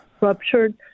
ruptured